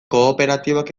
kooperatiboak